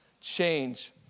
change